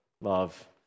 love